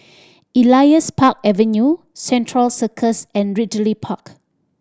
Elias Park Avenue Central Circus and Ridley Park